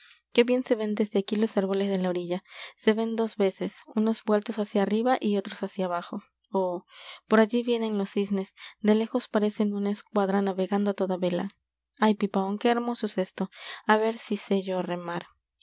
qué bien se ven desde aquí los árboles de la orilla se ven dos veces unos vueltos hacia arriba y otros hacia abajo oh por allí vienen los cisnes de lejos parecen una escuadra navegando a toda vela ay pipaón qué hermoso es esto a ver si sé yo remar